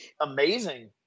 amazing